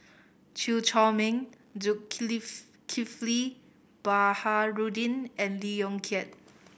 Chew Chor Meng Baharudin and Lee Yong Kiat